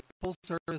full-service